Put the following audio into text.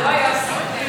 נתקבלו.